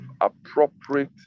appropriate